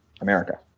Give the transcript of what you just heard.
America